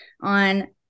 on